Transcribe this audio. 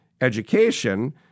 Education